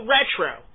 Retro